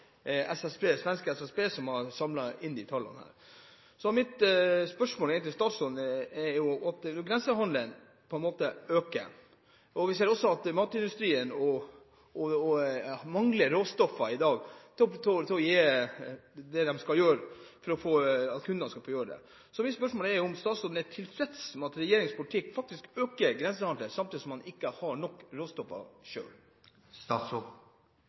svenske Statistiska centralbyrån – som har samlet inn disse tallene her. Grensehandelen øker, og vi ser også at matindustrien i dag mangler råstoffer til å gjøre det de skal for at kundene skal få det de ønsker. Så mitt spørsmål er om statsråden er tilfreds med at regjeringens politikk faktisk øker grensehandelen, samtidig som man ikke har nok råstoffer